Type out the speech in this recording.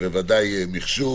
ובוודאי מחשוב